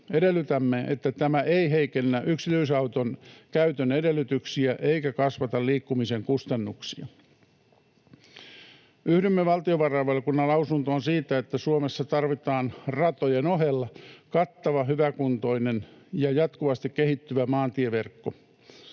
Edellytämme, että tämä ei heikennä yksityisauton käytön edellytyksiä eikä kasvata liikkumisen kustannuksia. Yhdymme valtiovarainvaliokunnan lausuntoon siitä, että Suomessa tarvitaan ratojen ohella kattava, hyväkuntoinen ja jatkuvasti kehittyvä maantieverkko.